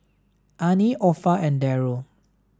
Anie Orpha and Deryl